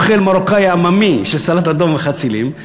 אוכל מרוקאי עממי של סלט אדום וחצילים,